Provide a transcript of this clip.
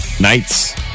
nights